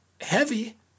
heavy